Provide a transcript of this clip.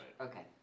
Okay